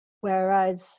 Whereas